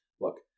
look